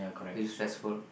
it's stressful